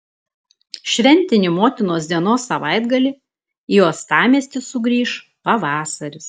šventinį motinos dienos savaitgalį į uostamiestį sugrįš pavasaris